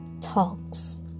talks